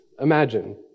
Imagine